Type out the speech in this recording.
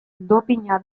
dopina